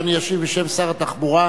אדוני ישיב בשם שר התחבורה.